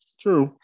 true